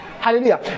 Hallelujah